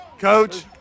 Coach